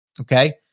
Okay